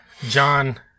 John